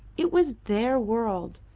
it was their world,